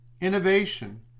innovation